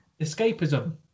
escapism